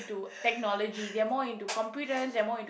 to technology they are more into computers they are more into